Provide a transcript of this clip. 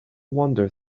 wander